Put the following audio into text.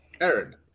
Aaron